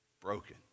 broken